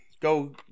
Go